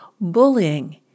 Bullying